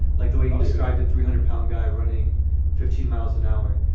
like the way you described it three hundred pound guy running fifteen miles an hour